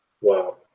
Wow